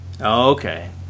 Okay